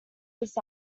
this